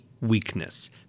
weakness